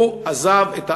הוא עזב את הארץ,